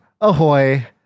ahoy